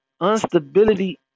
Unstability